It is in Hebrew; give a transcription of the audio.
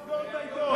לסגור את העיתון.